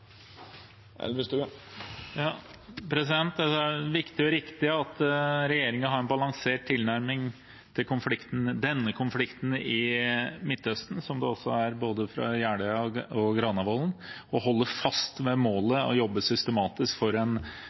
Det er viktig og riktig at regjeringen har en balansert tilnærming til denne konflikten i Midtøsten, som de har både i Jeløya- og Granavolden-plattformen, at de holder fast ved målet og jobber systematisk for en